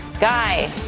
Guy